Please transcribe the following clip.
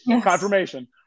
confirmation